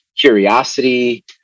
curiosity